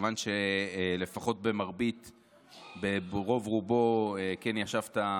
מכיוון שלפחות ברוב-רובו כן ישבת,